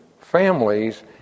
families